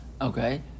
Okay